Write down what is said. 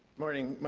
morning.